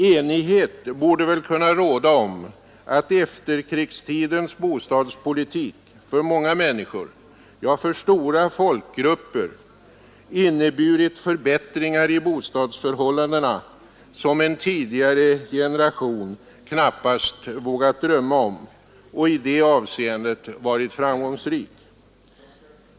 Enighet borde väl kunna råda om att efterkrigstidens bostadspolitik för många människor, ja, för stora folkgrupper, inneburit förbättringar i bostadsförhållandena, som en tidigare generation knappast vågat drömma om, och i det avseendet varit framgångsrik.